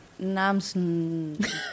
Names